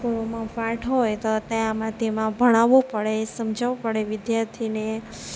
સ્કૂલમાં પાઠ હોય તો તે આમાં તેમાં ભણાવવું પડે સમજાવવું પડે વિદ્યાર્થીને